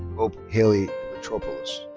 hope haleigh demetropoulos.